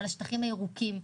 הירוקים.